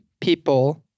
people